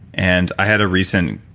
and i had a recent